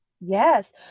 Yes